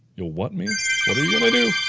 you'll what me? what are you gonna do?